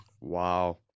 Wow